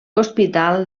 hospital